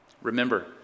Remember